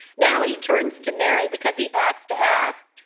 now he turns to mary, because he has to ask.